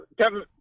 Kevin